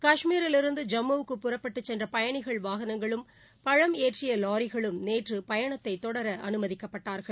காஷ்மீரிலிருந்து ஜம்முவுக்கு புறப்பட்டு சென்ற பயணிகள் வாகனங்களும் பழம் ஏற்றிய லாரிகளும் நேற்று பயணத்தை தொடர அனுமதிக்கப்பட்டார்கள்